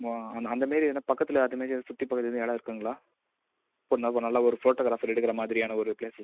அந்த மாதிரி எதனா பக்கத்தில் அதை மாரி எதாவது சுற்றி பார்க்குறதுக்கு ஏதேனும் இடம் இருக்குங்களா நல்லா ஒரு ஃபோட்டோகிராஃபர் எடுக்கிற மாதிரியான ஒரு பிளேஸ்